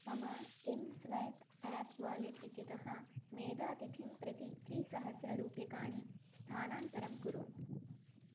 मम एं swipe app wallet इत्यतः मेदातिथिं प्रति त्रिसहस्ररूप्यकाणि स्थानान्तरं कुरु